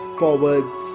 forwards